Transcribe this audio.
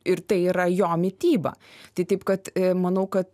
ir tai yra jo mityba tai taip kad manau kad